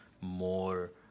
more